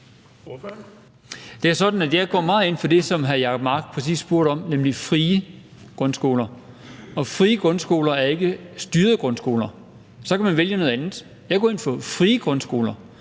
Det er sådan, at jeg går meget ind for det, som hr. Jacob Mark præcis spurgte om, nemlig frie grundskoler. Og frie grundskoler er ikke styrede grundskoler – så kan man vælge noget andet. Og jeg går ind for frie grundskoler